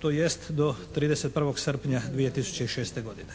tj. do 31. srpnja 2006. godine.